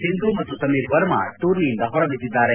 ಸಿಂಧು ಮತ್ತು ಸಮೀರ್ ವರ್ಮಾ ಟೂರ್ನಿಯಿಂದ ಹೊರ ಬಿದ್ದಿದ್ದಾರೆ